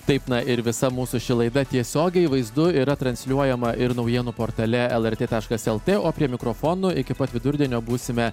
taip na ir visa mūsų ši laida tiesiogiai vaizdu yra transliuojama ir naujienų portale lrt taškas lt o prie mikrofonų iki pat vidurdienio būsime